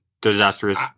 disastrous